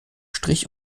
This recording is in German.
strich